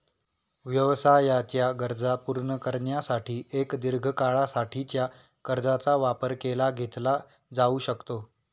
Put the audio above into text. व्यवसायाच्या गरजा पूर्ण करण्यासाठी एक दीर्घ काळा साठीच्या कर्जाचा वापर केला घेतला जाऊ शकतो